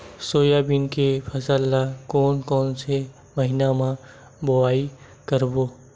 Soybean के फसल ल कोन कौन से महीना म बोआई करबो?